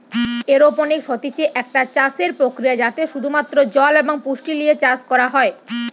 aeroponics হতিছে একটা চাষসের প্রক্রিয়া যাতে শুধু মাত্র জল এবং পুষ্টি লিয়ে চাষ করা হয়